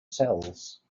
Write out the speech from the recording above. cells